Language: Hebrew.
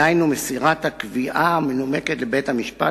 דהיינו מסירת הקביעה המנומקת לבית-המשפט